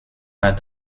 war